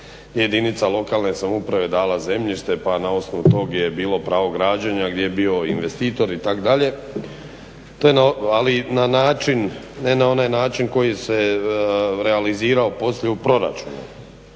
jedinica lokalne samouprave dala zemljište pa na osnovu toga je bilo pravo građenja gdje je bio investitor itd.. To je, ali na način, ne na onaj način koji se realizirao poslije u proračunu,